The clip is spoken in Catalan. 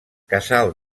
casal